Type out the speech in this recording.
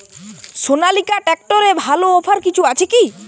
সনালিকা ট্রাক্টরে ভালো অফার কিছু আছে কি?